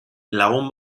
lagun